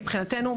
מבחינתנו,